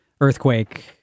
earthquake